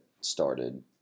started